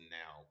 now